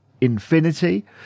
Infinity